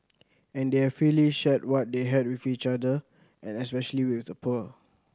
and they have freely shared what they had with each other and especially with the poor